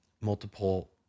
multiple